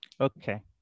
Okay